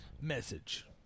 Message